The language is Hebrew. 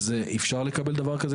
אפשר לקבל דבר כזה,